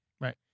Right